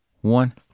one